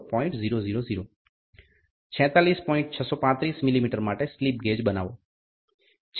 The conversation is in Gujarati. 635 મીમી માટે સ્લિપ ગેજ બનાવો 46